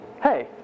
hey